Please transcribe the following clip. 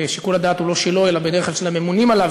ששיקול הדעת הוא לא שלו אלא בדרך כלל של הממונים עליו,